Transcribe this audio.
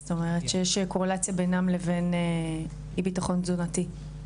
זאת אומרת שיש קורלציה בינם לבין אי ביטחון תזונתי.